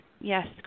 Yes